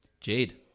Jade